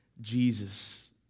Jesus